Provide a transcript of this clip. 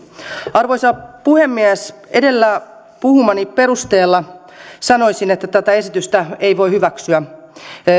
arvoisa puhemies edellä puhumani perusteella sanoisin että tätä esitystä ei voi hyväksyä